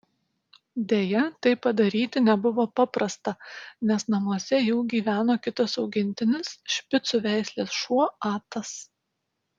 deja tai padaryti nebuvo paprasta nes namuose jau gyveno kitas augintinis špicų veislės šuo atas